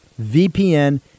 VPN